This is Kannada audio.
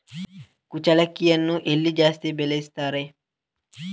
ಕುಚ್ಚಲಕ್ಕಿಯನ್ನು ಎಲ್ಲಿ ಜಾಸ್ತಿ ಬೆಳೆಸ್ತಾರೆ?